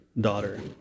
daughter